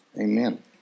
amen